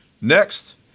Next